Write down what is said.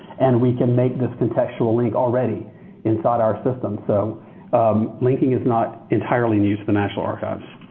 and we can make this contextual link already inside our system. so linking is not entirely new to the national archives.